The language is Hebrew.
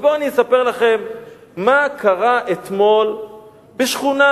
ובואו אני אספר לכם מה קרה אתמול בשכונה